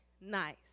nice